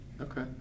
Okay